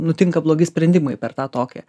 nutinka blogi sprendimai per tą tokią